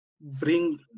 bring